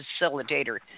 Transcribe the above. facilitator